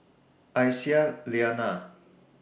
Aisyah Lyana